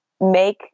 make